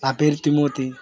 నా పేరు త్రిమూర్తి